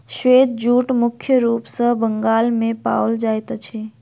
श्वेत जूट मुख्य रूप सॅ बंगाल मे पाओल जाइत अछि